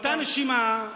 באותה נשימה,